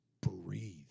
breathe